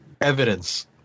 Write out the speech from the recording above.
evidence—